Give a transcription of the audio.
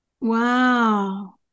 Wow